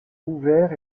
ouvert